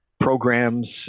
programs